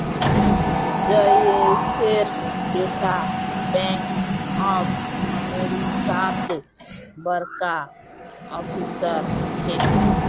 जयेशेर बेटा bank of अमेरिकात बड़का ऑफिसर छेक